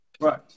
Right